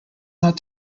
not